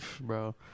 bro